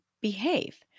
behave